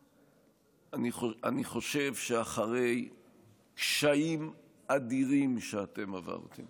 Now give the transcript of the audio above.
אני חושב שאחרי קשיים אדירים שאתם עברתם